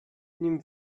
nim